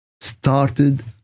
started